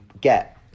get